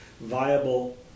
viable